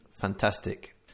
fantastic